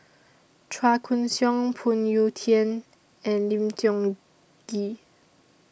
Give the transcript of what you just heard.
Chua Koon Siong Phoon Yew Tien and Lim Tiong Ghee